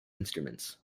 instruments